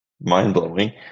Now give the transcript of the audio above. mind-blowing